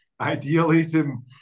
idealism